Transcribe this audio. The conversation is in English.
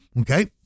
Okay